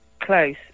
close